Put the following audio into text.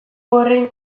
horren